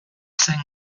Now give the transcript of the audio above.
zen